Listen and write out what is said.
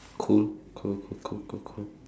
cool cool cool cool cool cool